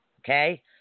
Okay